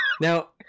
Now